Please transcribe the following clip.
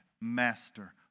Master